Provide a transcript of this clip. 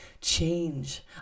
change